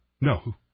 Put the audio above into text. No